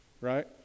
right